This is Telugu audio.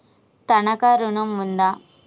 తనఖా ఋణం ఉందా?